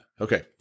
Okay